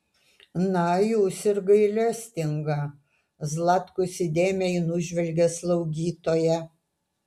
na jūs ir gailestinga zlatkus įdėmiai nužvelgė slaugytoją